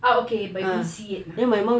ah okay but can't see it ah